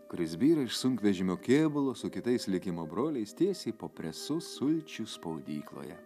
kuris byra iš sunkvežimio kėbulo su kitais likimo broliais tiesiai po presu sulčių spaudykloje